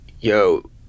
yo